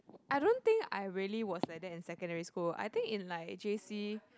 I don't think I really was like that in secondary school I think in like j_c